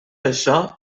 això